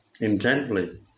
intently